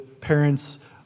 parents